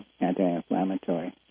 anti-inflammatory